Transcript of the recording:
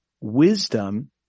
wisdom